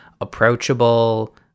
approachable